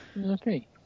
Okay